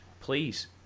please